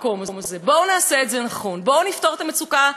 בואו נפתור את המצוקה לאורך השנים של שנים,